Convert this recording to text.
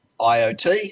IoT